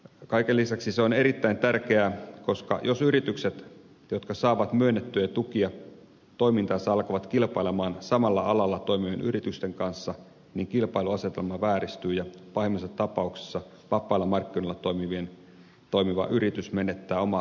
kaiken lisäksi se on erittäin tärkeää koska jos yritykset jotka saavat myönnettyjä tukia toimintaansa alkavat kilpailla samalla alalla toimivien yritysten kanssa niin kilpailuasetelma vääristyy ja pahimmassa tapauksessa vapailla markkinoilla toimiva yritys menettää omaa kannattavuuttaan